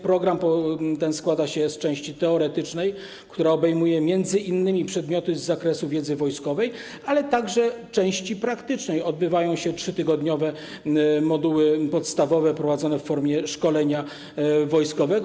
Program ten składa się z części teoretycznej, która obejmuje m.in. przedmioty z zakresu wiedzy wojskowej, a także części praktycznej - odbywają się 3-tygodniowe moduły podstawowe prowadzone w formie szkolenia wojskowego.